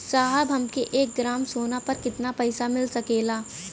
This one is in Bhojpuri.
साहब हमके एक ग्रामसोना पर कितना पइसा मिल सकेला?